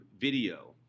video